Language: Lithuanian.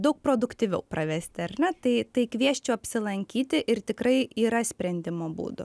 daug produktyviau pravesti ar ne tai tai kviesčiau apsilankyti ir tikrai yra sprendimo būdų